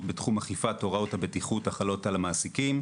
בתחום אכיפת הוראות הבטיחות החלות על המעסיקים,